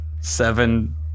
Seven